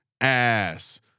ass